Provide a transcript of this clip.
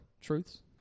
truths